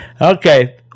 Okay